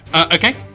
Okay